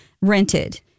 rented